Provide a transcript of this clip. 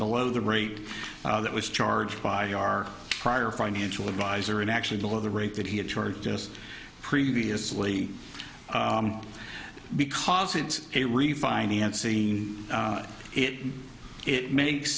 below the rate that was charged by our prior financial advisor and actually below the rate that he had just previously because it's a refinancing it it makes